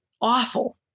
Awful